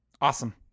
Awesome